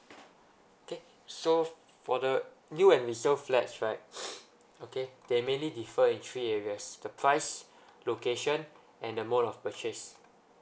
okay so for the new and resale flats right okay they mainly defer in three areas the price location and the mode of purchase